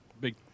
Big